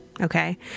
Okay